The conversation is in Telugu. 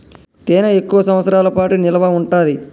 తేనె ఎక్కువ సంవత్సరాల పాటు నిల్వ ఉంటాది